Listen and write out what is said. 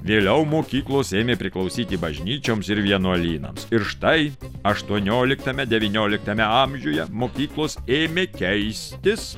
vėliau mokyklos ėmė priklausyti bažnyčioms ir vienuolynams ir štai aštuonioliktame devynioliktame amžiuje mokyklos ėmė keistis